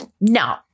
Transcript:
No